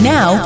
Now